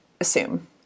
assume